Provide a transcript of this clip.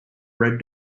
red